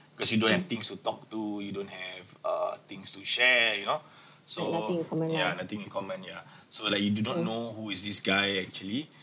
cause you don't have things to talk to you don't have uh things to share you know so ya nothing in common yeah so like you do not know who is this guy actually